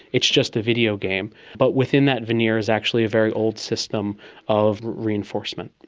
it's just a videogame. but within that veneer is actually a very old system of reinforcement.